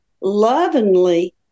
lovingly